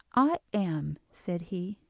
i am said he,